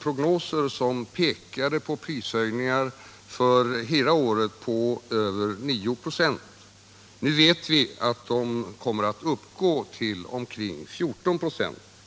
prognoser som pekade på prishöjningar för hela året på över 9 96. Nu vet vi att de kommer att uppgå till omkring 14 96.